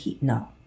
No